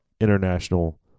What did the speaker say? international